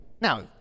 Now